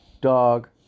dog